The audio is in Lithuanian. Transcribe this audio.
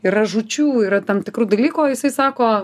yra žūčių yra tam tikrų dalykų o jisai sako